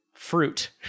Fruit